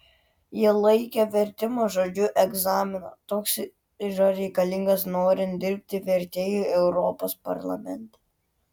ji laikė vertimo žodžiu egzaminą toks yra reikalingas norint dirbti vertėju europos parlamente